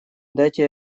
дайте